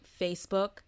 Facebook